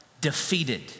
defeated